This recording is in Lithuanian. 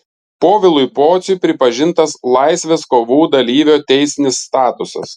povilui pociui pripažintas laisvės kovų dalyvio teisinis statusas